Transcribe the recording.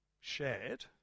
shared